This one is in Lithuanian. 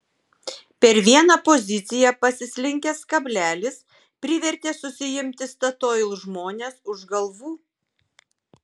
per vieną poziciją pasislinkęs kablelis privertė susiimti statoil žmones už galvų